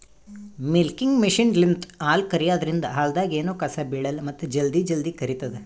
milking ಮಷಿನ್ಲಿಂತ್ ಹಾಲ್ ಕರ್ಯಾದ್ರಿನ್ದ ಹಾಲ್ದಾಗ್ ಎನೂ ಕಸ ಬಿಳಲ್ಲ್ ಮತ್ತ್ ಜಲ್ದಿ ಜಲ್ದಿ ಕರಿತದ್